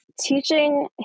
teaching